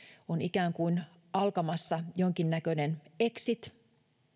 on ikään kuin alkamassa jonkinnäköinen exit